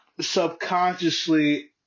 subconsciously